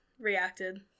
reacted